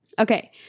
Okay